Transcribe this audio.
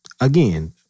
again